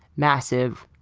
massive,